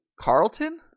Carlton